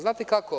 Znate kako?